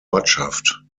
ortschaft